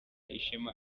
ishema